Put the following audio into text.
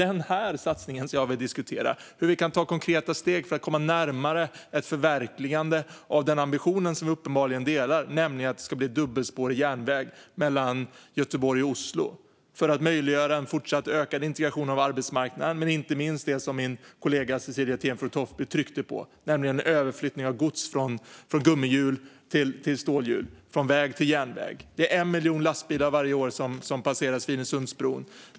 Det är ju den som jag vill diskutera - hur vi kan ta konkreta steg för att komma närmare ett förverkligande av den ambition som vi uppenbarligen delar, nämligen att det ska bli dubbelspårig järnväg mellan Göteborg och Oslo för att möjliggöra en fortsatt ökad integration av arbetsmarknaden och, inte minst det som min kollega Cecilie Tenfjord Toftby tryckte på, nämligen överflyttning av gods från gummihjul till stålhjul, från väg till järnväg. Det är 1 miljon lastbilar som varje år passerar Svinesundsbron.